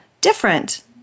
different